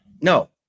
No